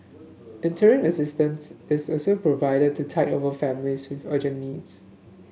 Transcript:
interim assistance is also provided to tide over families with urgent needs